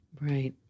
Right